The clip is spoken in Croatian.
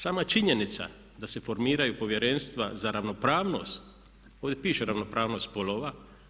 Sama činjenica da se formiraju povjerenstva za ravnopravnost, ovdje piše ravnopravnost spolova.